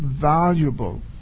valuable